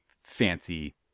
fancy